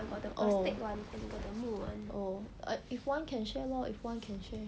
oh oh err if want can share lor if want can share